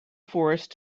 forest